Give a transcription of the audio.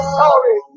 sorry